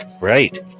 Right